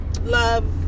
Love